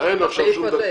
15:57.)